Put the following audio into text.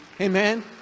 Amen